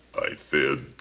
i fibbed.